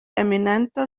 eminenta